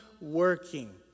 working